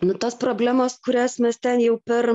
nu tos problemos kurias mes ten jau per